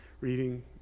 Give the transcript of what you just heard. reading